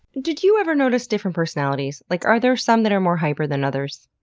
did you ever notice different personalities? like, are there some that are more hyper than others?